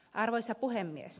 arvoisa puhemies